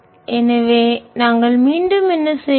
எனவே நாங்கள் மீண்டும் என்ன செய்வோம்